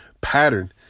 pattern